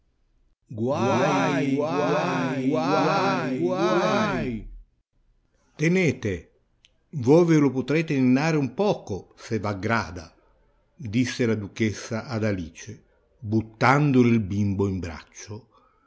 guai tenete voi ve lo potrete ninnare un poco se v'aggrada disse la duchessa ad alice buttandole il bimbo in braccio